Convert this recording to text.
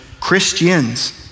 Christians